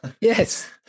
yes